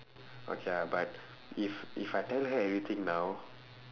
okay ah but if if I tell her everything now